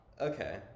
Okay